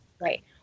Right